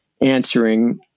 answering